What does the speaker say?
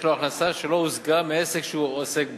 לו הכנסה שלא הושגה מעסק שהוא עוסק בו,